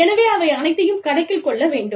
எனவே அவை அனைத்தையும் கணக்கில் கொள்ள வேண்டும்